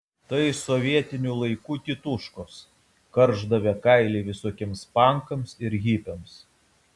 tai sovietinių laikų tituškos karšdavę kailį visokiems pankams ir hipiams